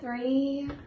Three